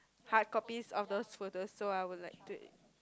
hardcopies of those photos so I would like take